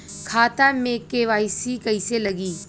खाता में के.वाइ.सी कइसे लगी?